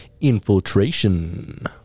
infiltration